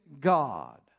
God